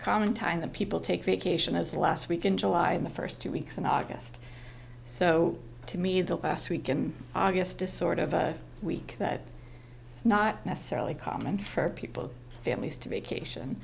common time that people take vacation as last week in july the first two weeks in august so to me the last week in august is sort of a week that it's not necessarily common for people families to vacation